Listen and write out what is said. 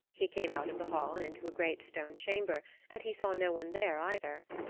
he came out of the hall and into a great stone chamber and he saw no one there either.